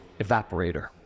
evaporator